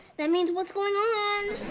that means what's going on.